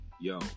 Yo